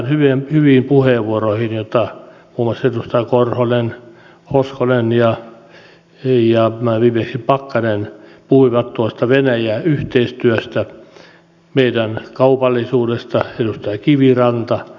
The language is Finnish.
viittaan hyviin puheenvuoroihin kun muun muassa edustaja korhonen hoskonen ja viimeksi pakkanen puhuivat tuosta venäjä yhteistyöstä meidän kaupasta edustaja kiviranta